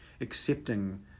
accepting